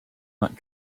not